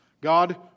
God